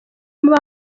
muba